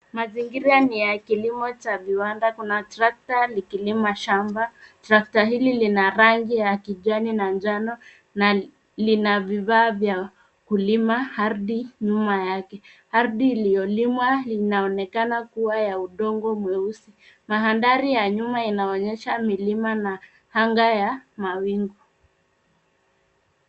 Mazingira ni ya kilimo cha viwanda. Kuna trekta likilima shamba. Trekta hili lina rangi ya kijani na njano na lina vifaa vya kulima ardhi nyuma yake. Ardhi iliyolimwa inaonekana kuwa ya udongo mweusi. Mandhari ya nyuma inaonyesha milima na anga ya mawingu.